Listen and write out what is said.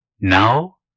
Now